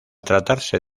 tratarse